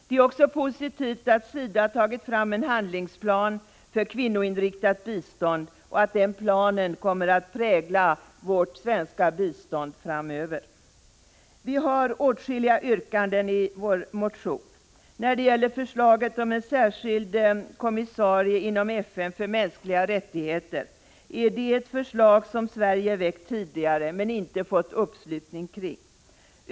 Det är också positivt att SIDA tagit fram en handlingsplan för kvinnoinriktat bistånd och att den planen kommer att prägla vårt svenska bistånd framöver. Vi har åtskilliga yrkanden i vår motion. Förslaget om en särskild kommissarie inom FN för mänskliga rättigheter är ett förslag som Sverige väckt tidigare men inte fått uppslutning kring.